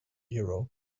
hero